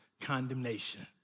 condemnation